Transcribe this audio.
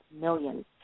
millions